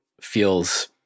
feels